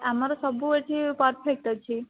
ଆମର ସବୁ ଏଇଠି ପରଫେକ୍ଟ୍ ଅଛି